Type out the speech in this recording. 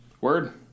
Word